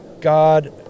God